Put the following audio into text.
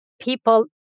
people